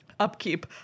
upkeep